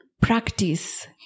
Practice